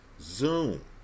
Zoom